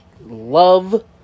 love